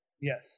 Yes